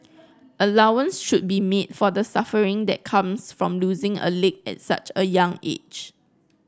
allowance should be made for the suffering that comes from losing a leg at such a young age